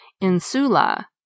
insula